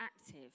active